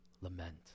lament